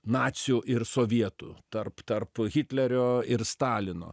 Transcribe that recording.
nacių ir sovietų tarp tarp hitlerio ir stalino